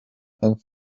and